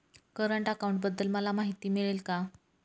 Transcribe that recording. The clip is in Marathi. करंट अकाउंटबद्दल मला माहिती मिळेल का?